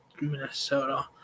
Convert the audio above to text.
Minnesota